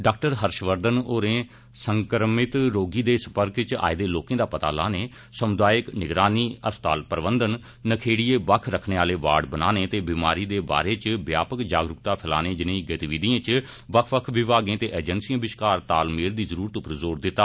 डा हर्षवर्धन होरें सवंमित रोगी दे सम्पर्क इच आये दे लोकें दा पता लाने सामुदायिक निगरानी अस्पताल प्रबंधन नखेड़िये बक्ख रखने आहले वार्ड बनाने ते बीमारी दे बारै इच व्यापक जागरूकता फैलाने ज्नेही गतिविधिएं इच बक्ख बक्ख विमागें ते एजैंसिएं बश्कार तालमेल दी जरूरत पर जोर दिता